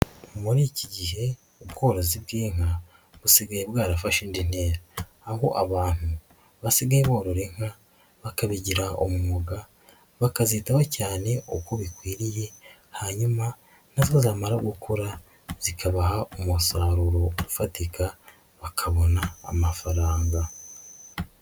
Muri iki gihe ubworozi bw'inka busigaye bwarafashe indi ntera, aho abantu basigaye borora inka bakabigira umwuga bakazitaho cyane uko bikwiriye hanyuma na zo zamara gukora zikabaha umusaruro ufatika bakabona amafaranga.